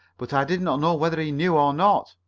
but i did not know whether he knew or not.